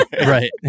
right